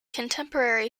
contemporary